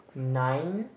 nine